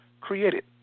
created